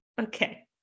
okay